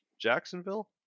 Jacksonville